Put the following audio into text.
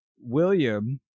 William